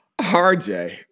RJ